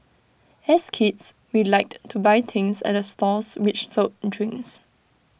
as kids we liked to buy things at the stalls which sold drinks